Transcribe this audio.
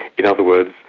in other words,